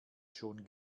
schon